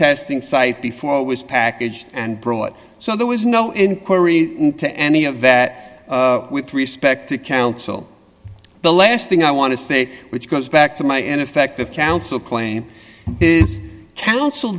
testing site before it was packaged and brought so there was no inquiry into any of that with respect to counsel the last thing i want to say which goes back to my ineffective counsel claim is counsel